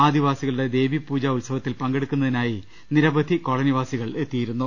ആദിവാസികളുടെ ദേവീപൂജാ ഉത്സവത്തിൽ പങ്കെടുക്കുന്നതിനായി നിരവധി കോളനിവാസികൾ എത്തിയിരുന്നു